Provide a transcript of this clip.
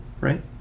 right